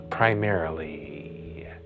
primarily